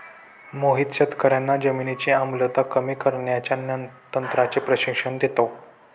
मोहित शेतकर्यांना जमिनीची आम्लता कमी करण्याच्या तंत्राचे प्रशिक्षण देतो